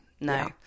no